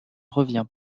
revient